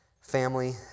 family